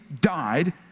died